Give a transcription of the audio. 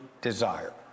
desire